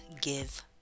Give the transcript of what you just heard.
give